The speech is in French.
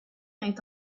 est